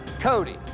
Cody